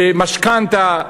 משכנתה,